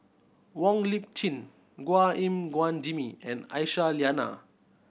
Wong Lip Chin Chua Gim Guan Jimmy and Aisyah Lyana